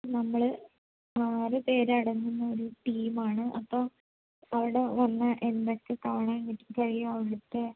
നമ്മള് ആറുപേരടങ്ങുന്ന ഒരു ടീമാണ് അപ്പോള് അവിടെ വന്നാല് എന്തൊക്കെ കാണാൻ കഴിയും അവിടുത്തെ